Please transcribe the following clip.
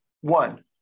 one